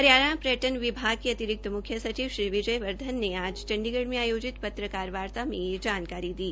हरियाणा पर्यटन विभाग के अतिरिक्त मुख्य सचिव श्री विजय वर्धन ने आज चंडीगढ़ में आयोजित पत्रकारवार्ता मे यह जानकारी दी